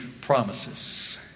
promises